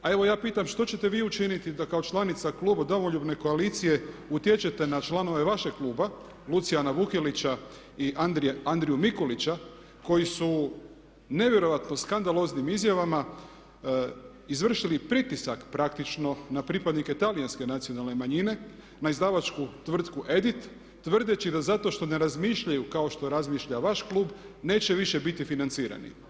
A evo ja pitam što ćete vi učiniti da kao članica kluba Domoljubne koalicije utječete na članove vašeg kluba Luciana Vukelića i Andriju Mikulića koji su nevjerojatno skandaloznim izjavama izvršili pritisak praktično na pripadnike Talijanske nacionalne manjine, na izdavačku tvrtku EDIT tvrdeći da zato što ne razmišljaju kao što razmišlja vaš klub neće više biti financirani.